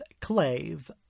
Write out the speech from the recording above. clave